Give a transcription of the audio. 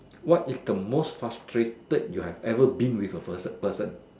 what is the most frustrated you have ever been with a per person